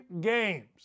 games